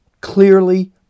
clearly